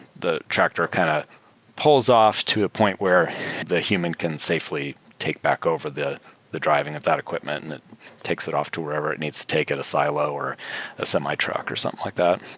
the tractor kind of pulls off to a point where the human can safely take back over the the driving of that equipment and it takes it off to wherever it needs to take it, a silo, or a semi-truck, or something like that.